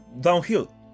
downhill